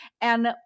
and-